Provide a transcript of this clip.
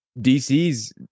DC's